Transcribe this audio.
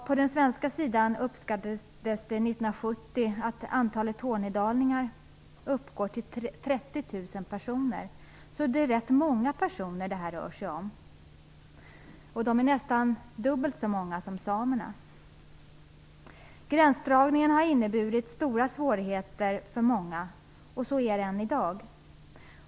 På den svenska sidan uppskattades antalet tornedalingar 1970 till 30 000 personer. Det är alltså rätt många personer det rör sig om. De är nästan dubbelt så många som samerna. Gränsdragningen har inneburit stora svårigheter för många, och gör det än i dag.